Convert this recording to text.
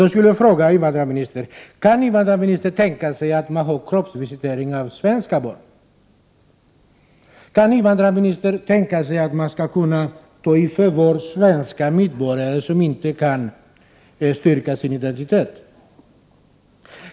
Jag skulle vilja fråga invandrarministern: Kan invandrarministern tänka sig kroppsvisitering av svenska barn? Kan invandrarministern tänka sig att man skulle kunna ta i förvar svenska medborgare, som inte kan styrka sin identitet?